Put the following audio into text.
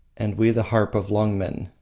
and we the harp of lungmen.